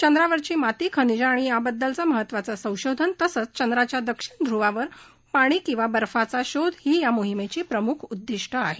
चंद्रावरची माती खनिजं याबददल महत्वाचं संशोधन तसंच चंद्राच्या दक्षिण ध्रवावर पाणी किंवा बर्फाचा शोध ही या मोहिमेची प्रम्ख उद्दिष्टं आहेत